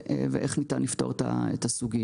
ואיך ניתן לפתור את הסוגיה.